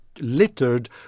littered